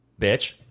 bitch